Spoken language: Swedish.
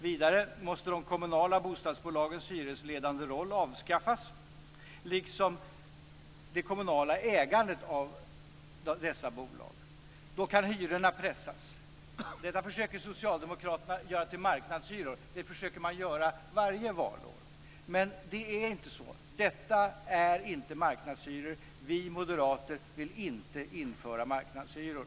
Vidare måste de kommunala bostadsbolagens hyresledande roll avskaffas liksom det kommunala ägandet av dessa bolag. Då kan hyrorna pressas. Detta försöker socialdemokraterna göra till marknadshyror. Det försöker man göra varje valår. Men det är inte så. Detta är inte marknadshyror. Vi moderater vill inte införa marknadshyror.